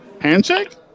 Handshake